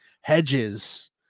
hedges